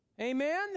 amen